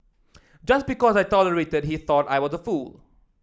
just because I tolerated he thought I was a fool